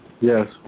Yes